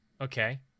okay